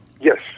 Yes